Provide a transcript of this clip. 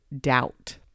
doubt